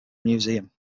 museum